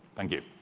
thank you.